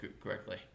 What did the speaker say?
correctly